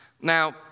Now